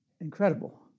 Incredible